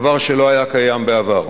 דבר שלא היה קיים בעבר.